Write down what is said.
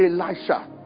Elisha